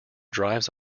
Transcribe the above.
drives